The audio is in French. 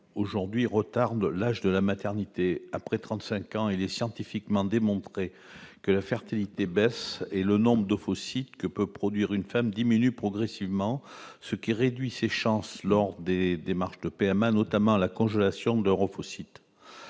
aujourd'hui, retardent l'âge de la maternité. Or, après 35 ans, il est scientifiquement démontré que la fertilité baisse. Le nombre d'ovocytes que peut produire une femme diminue progressivement, ce qui réduit ses chances lors de démarches de PMA, singulièrement pour